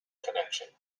connection